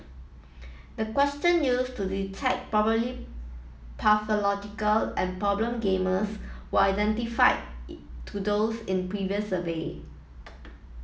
the question used to detect probably pathological and problem gamers were identify to those in previous survey